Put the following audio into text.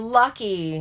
lucky